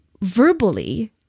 verbally